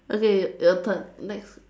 okay your turn next